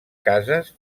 cases